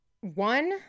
One